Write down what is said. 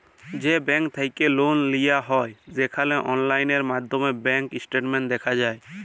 যে ব্যাংক থ্যাইকে লল লিয়া হ্যয় সেখালে অললাইল মাইধ্যমে ব্যাংক ইস্টেটমেল্ট দ্যাখা যায়